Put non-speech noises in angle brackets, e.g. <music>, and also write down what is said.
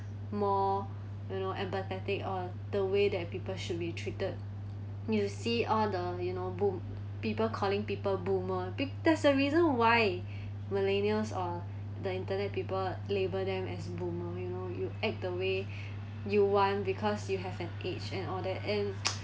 more you know empathetic or the way that people should be treated you see all the you know boom people calling people boomer big~ there's a reason why <breath> millennials or the internet people label them as boomer you know you act the way <breath> you want because you have an age and all that and <noise>